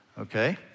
Okay